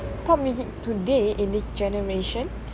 pop music today in this generation